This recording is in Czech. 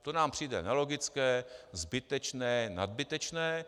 To nám přijde nelogické, zbytečné, nadbytečné.